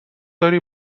داری